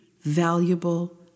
valuable